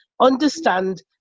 understand